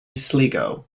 sligo